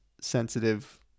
sensitive